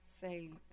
say